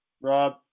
Rob